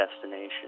Destination